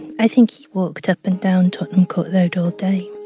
i think he walked up and down tottenham court road all day.